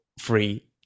free